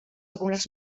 algunes